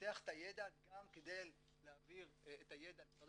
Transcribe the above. ולפתח את הידע גם כדי להעביר אותו למשרדי